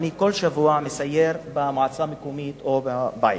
אני כל שבוע מסייר במועצה מקומית או בעיר,